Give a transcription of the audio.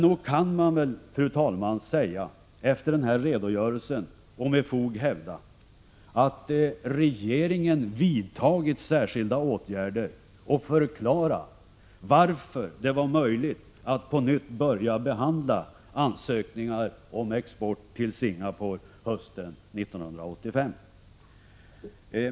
Nog kan man väl, fru talman, efter denna redogörelse med fog hävda att regeringen vidtagit särskilda åtgärder och förklara varför det var möjligt att på nytt börja behandla ansökningar om export till Singapore hösten 1985.